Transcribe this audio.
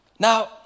Now